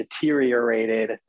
Deteriorated